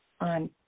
on